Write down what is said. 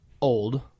old